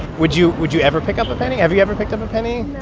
would you would you ever pick up a penny? have you ever picked up a penny?